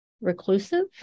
reclusive